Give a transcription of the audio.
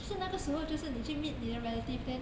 是那个时候就是你去 meet 你的 relative then